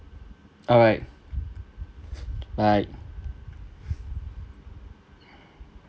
alright bye